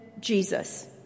Jesus